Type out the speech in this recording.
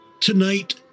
tonight